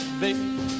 baby